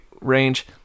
range